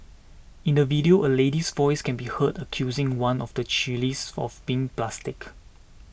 in the video a lady's voice can be heard accusing one of the chillies of being plastic